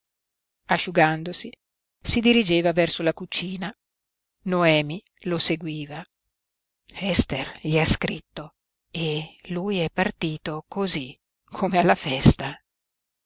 asciugandosi si dirigeva verso la cucina noemi lo seguiva ester gli ha scritto e lui è partito cosí come alla festa